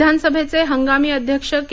विधानसभेचे हंगामी अध्यक्षके